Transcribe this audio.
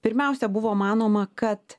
pirmiausia buvo manoma kad